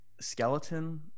skeleton